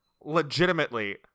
legitimately